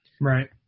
Right